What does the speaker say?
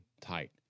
tight